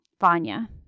vanya